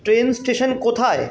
train station কোথায়